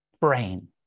brain